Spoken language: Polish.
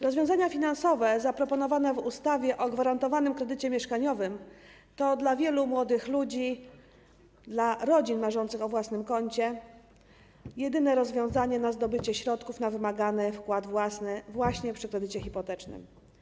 Rozwiązania finansowe zaproponowane w ustawie o gwarantowanym kredycie mieszkaniowym to dla wielu młodych ludzi, dla rodzin marzących o własnym kącie jedyny sposób na zdobycie środków na wymagany wkład własny przy kredycie hipotecznym.